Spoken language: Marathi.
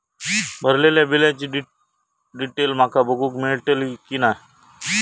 भरलेल्या बिलाची डिटेल माका बघूक मेलटली की नाय?